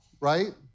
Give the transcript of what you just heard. Right